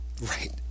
Right